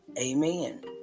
amen